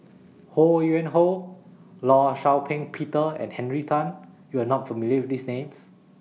Ho Yuen Hoe law Shau Ping Peter and Henry Tan YOU Are not familiar with These Names